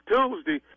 Tuesday